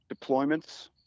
deployments